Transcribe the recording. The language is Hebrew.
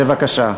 בבקשה.